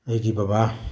ꯑꯩꯒꯤ ꯕꯕꯥ